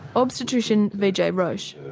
obstetrician vijay roach.